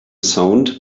sound